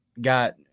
got